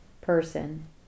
person